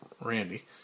Randy